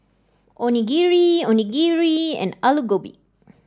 Onigiri Onigiri and Alu Gobi